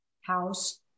House